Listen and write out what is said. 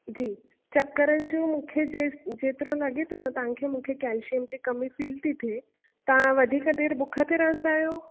जी चकरनि जो मूंखे जे जेतिरो लॻे थो त तव्हांखे मूंखे कैल्शियम जी कमी फील थी थिए तव्हां वधीक देरि बुख ते रहंदा आहियो